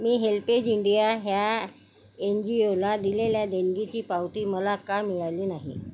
मी HelpAge India ह्या N G ओला दिलेल्या देणगीची पावती मला का मिळाली नाही